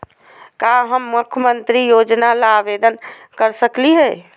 का हम मुख्यमंत्री योजना ला आवेदन कर सकली हई?